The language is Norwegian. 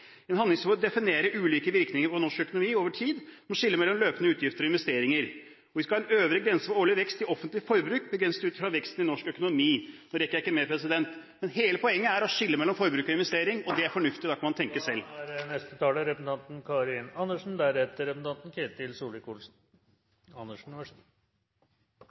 En handlingsregel definerer ulike virkninger på norsk økonomi over tid og må skille mellom løpende utgifter og investeringer. Vi skal ha en øvre grense for årlig vekst i offentlig forbruk begrenset ut fra veksten i norsk økonomi. Jeg rekker ikke mer, men hele poenget er å skille mellom forbruk og investering. Det er fornuftig, og da kan man tenke selv.